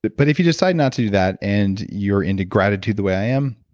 but but if you decide not to do that and you're into gratitude the way i am,